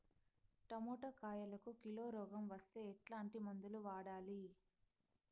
Tomato కాయలకు కిలో రోగం వస్తే ఎట్లాంటి మందులు వాడాలి?